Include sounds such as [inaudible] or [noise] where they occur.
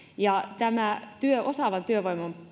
tämä osaavan työvoiman [unintelligible]